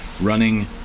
running